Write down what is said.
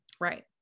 Right